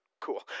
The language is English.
Cool